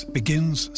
begins